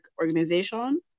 organization